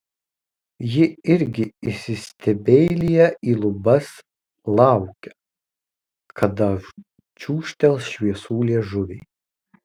ji irgi įsistebeilija į lubas laukia kada čiūžtels šviesų liežuviai